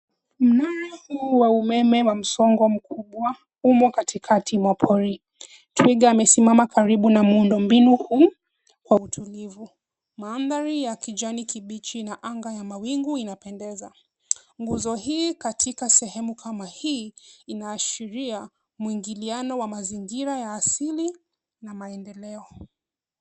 Mnara huu wa umeme wa msongo mkubwa, humo katikati mwa pori. Twiga amesimama karibu na muundo mbinu huu kwa utulivu. Mandhari ya kijani kibichi na anga ya mawingu inapendeza. Nguzo hii katika sehemu kama hii, inaashiria muingiliano wa mazingira ya asili na maendeleo.